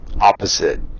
opposite